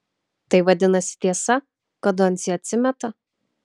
tai vadinasi tiesa kad doncė atsimeta